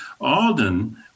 Alden